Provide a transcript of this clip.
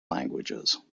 languages